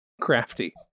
crafty